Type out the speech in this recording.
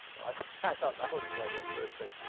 i thought that was quite interesting.